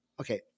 okay